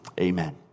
Amen